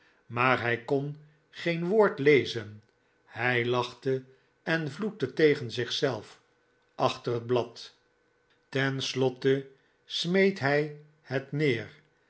maar hij kon geen woord lezen hij lachte en vloekte tegen zichzelf achter het blad ten slotte smeet hij het neer